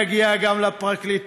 יגיע גם לפרקליטות,